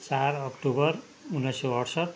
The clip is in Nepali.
चार अक्टोबर उन्नाइस सौ अठसट्ठी